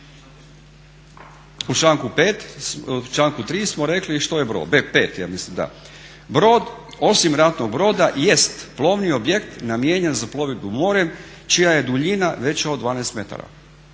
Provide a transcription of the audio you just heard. u članku 3. smo rekli što je brod. B5 ja mislim da. Brod osim ratnog broda jest plovni objekt namijenjen za plovidbu morem čija je duljina veća od 12 metara,